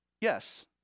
Yes